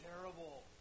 terrible